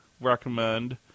recommend